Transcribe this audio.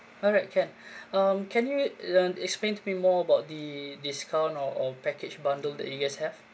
alright can um can you uh explain to me more about the discount or or package bundle that you guys have